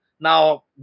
Now